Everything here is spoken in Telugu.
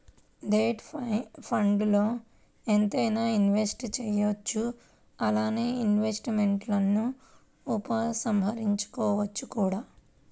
డెట్ ఫండ్స్ల్లో ఎంతైనా ఇన్వెస్ట్ చేయవచ్చు అలానే ఇన్వెస్ట్మెంట్స్ను ఉపసంహరించుకోవచ్చు కూడా